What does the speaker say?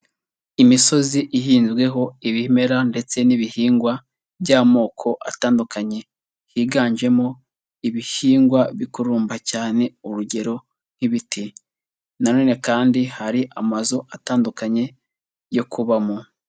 Imisozi ihinzweho ibimera ndetse n'ibihingwa by'amoko atandukanye, higanjemo ibihingwa bikururumba cyane, urugero nk'ibiti na none kandi hari amazu atandukanye yo kubamo.